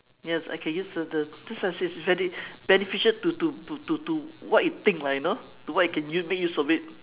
yes I can use the the that's why say it's very beneficial to to to to to what you think lah you know to what you can make use of it